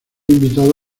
invitado